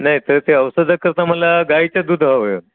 नाही तर ते औषधकरिता मला गाईच्या दूध हवें